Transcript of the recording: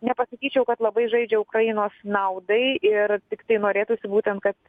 nepasakyčiau kad labai žaidžia ukrainos naudai ir tiktai norėtųsi būtent kad